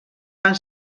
fan